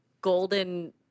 golden